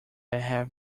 have